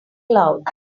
cloud